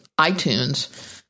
iTunes